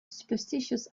superstitious